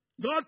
God